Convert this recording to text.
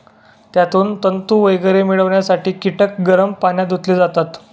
त्यातून तंतू वगैरे मिळवण्यासाठी कीटक गरम पाण्यात धुतले जातात